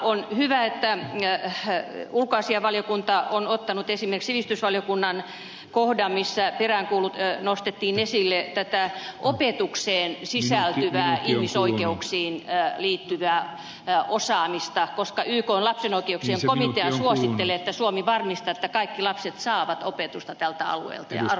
on hyvä että ulkoasiainvaliokunta on ottanut esimerkiksi sivistysvaliokunnan kohdan missä nostettiin esille opetukseen sisältyvää ihmisoikeuksiin liittyvää osaamista koska ykn lapsen oikeuksien komitea suosittelee että suomi varmistaa että kaikki lapset saavat opetusta tältä alueelta ja arvostus nousisi